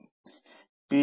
PV P